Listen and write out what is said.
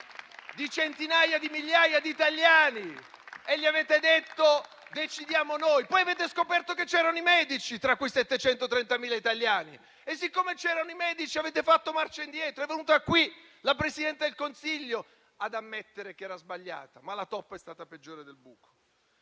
di centinaia di migliaia di italiani e gli avete detto: decidiamo noi. Poi avete scoperto che c'erano i medici tra quei 730.000 italiani, e siccome c'erano i medici avete fatto marcia indietro. È venuta qui la Presidente del Consiglio ad ammettere che era uno sbaglio, ma la toppa è stata peggiore del buco,